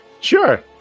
Sure